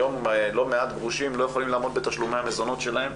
היום לא מעט גרושים לא יכולים לעמוד בתשלומי המזונות שלהם.